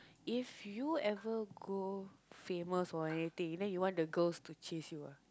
if you ever go famous or anything then you want the girls to chase you